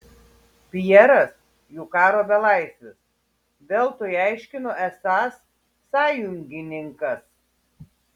pjeras jų karo belaisvis veltui aiškino esąs sąjungininkas